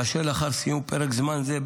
כאשר לאחר סיום פרק זמן זה,